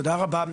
תודה רבה.